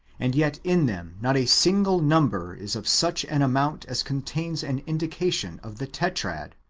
and yet in them not a single number is of such an amount as contains an indication of the tetrad,